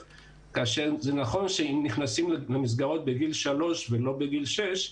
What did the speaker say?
כאשר זה נכון שאם נכנסים למסגרות בגיל שלוש ולא בגיל שש,